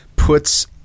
Puts